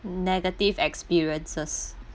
negative experiences